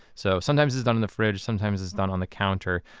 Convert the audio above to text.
so sometimes it's done in the fridge, sometimes it's done on the counter.